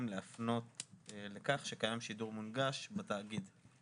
להפנות לכך שקיים שידור מונגש בתאגיד.